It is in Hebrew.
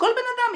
כל בן אדם,